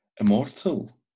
immortal